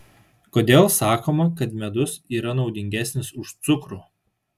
kodėl sakoma kad medus yra naudingesnis už cukrų